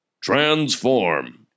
transform